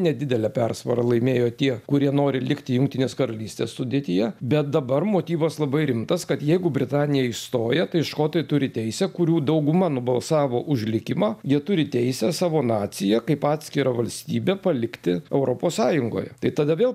nedidele persvara laimėjo tie kurie nori likti jungtinės karalystės sudėtyje bet dabar motyvas labai rimtas kad jeigu britanija išstoja tai škotai turi teisę kurių dauguma nubalsavo už likimą jie turi teisę savo naciją kaip atskirą valstybę palikti europos sąjungoje tai tada vėl